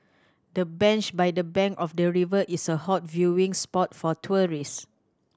the bench by the bank of the river is a hot viewing spot for tourist